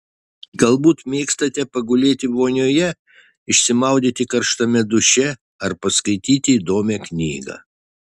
galbūt mėgstate pagulėti vonioje išsimaudyti karštame duše ar paskaityti įdomią knygą